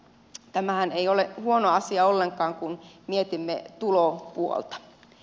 tämähän ei ole huono asia ollenkaan kun mietimme tulopuolta